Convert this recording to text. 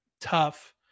tough